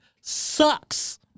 sucks